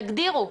תגדירו.